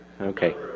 Okay